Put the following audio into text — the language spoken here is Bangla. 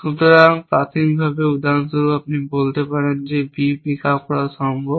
সুতরাং প্রাথমিকভাবে উদাহরণস্বরূপ আপনি বলতে পারেন B পিক আপ করা সম্ভব